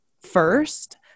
first